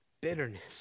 bitterness